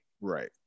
Right